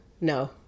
no